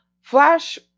flash